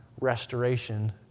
restoration